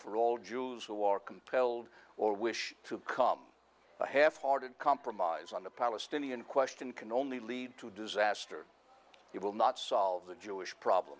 for all jews who are compelled or wish to come a half hearted compromise on the palestinian question can only lead to disaster it will not solve the jewish problem